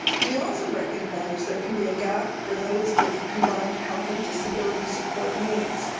we also recognize there can be a gap for those with combined health and disability support needs,